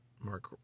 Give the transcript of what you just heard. Mark